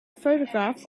photograph